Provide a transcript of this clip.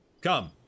Come